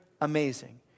amazing